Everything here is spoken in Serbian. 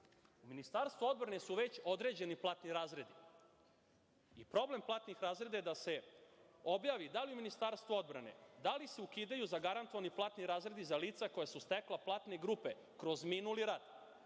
Ministarstvu odbrane su već određeni platni razredi. Problem platnih razreda je da se objavi da li se u Ministarstvu odbrane ukidaju zagarantovani platni razredi za lica koja su stekla platne grupe kroz minuli rad